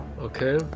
Okay